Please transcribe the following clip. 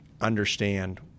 understand